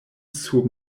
sur